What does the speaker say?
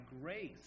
grace